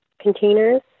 containers